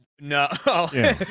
No